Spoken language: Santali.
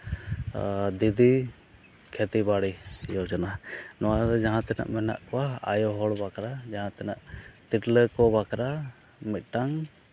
ᱟᱨ ᱡᱩᱫᱤ ᱠᱷᱮᱛᱤ ᱵᱟᱲᱤ ᱡᱳᱡᱳᱱᱟ ᱱᱚᱣᱟ ᱨᱮ ᱡᱟᱦᱟᱸᱛᱤᱱᱟᱹᱜ ᱢᱮᱱᱟᱜ ᱠᱚᱣᱟ ᱟᱭᱚ ᱦᱚᱲ ᱵᱟᱠᱷᱨᱟ ᱡᱟᱦᱟᱸᱛᱤᱱᱟᱹᱜ ᱛᱤᱨᱞᱟᱹ ᱠᱚ ᱵᱟᱠᱷᱨᱟ ᱢᱤᱫᱴᱟᱝ